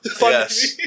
Yes